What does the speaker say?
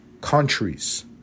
countries